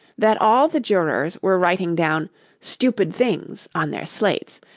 that all the jurors were writing down stupid things on their slates,